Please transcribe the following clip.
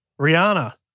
Rihanna